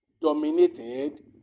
dominated